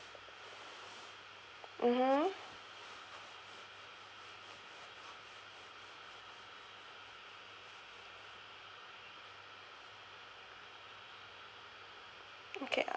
mmhmm